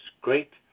great